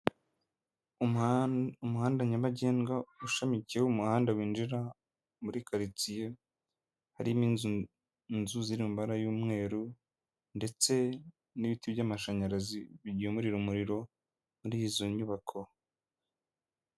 Umuhanda nyabagendwa ushamikiyeho umuhanda winjira muri karitsiye, harimo inzu ziri mu mabara y'umweru ndetse n'ibiti by'amashanyarazi bigemura umuriro muri izo nyubako.